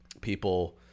people